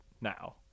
now